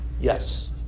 yes